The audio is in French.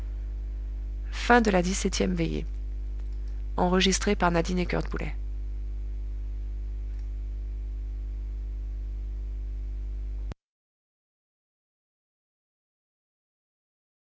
dix-septième veillée le